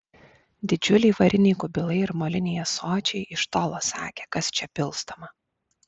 didžiuliai variniai kubilai ir moliniai ąsočiai iš tolo sakė kas čia pilstoma